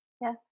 Yes